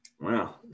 Wow